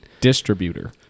distributor